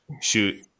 shoot